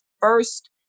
first